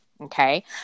Okay